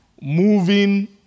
moving